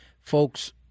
folks